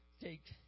take